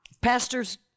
pastors